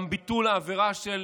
גם ביטול העבירה של